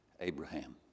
Abraham